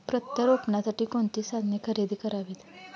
प्रत्यारोपणासाठी कोणती साधने खरेदी करावीत?